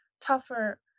tougher